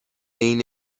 این